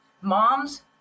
moms